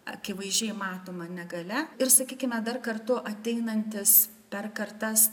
akivaizdžiai matoma negalia ir sakykime dar kartu ateinantis per kartas